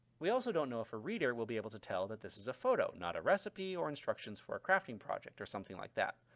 we also don't know if a reader will be able to tell that this is a photo, not a recipe or instructions for a crafting project or something like that.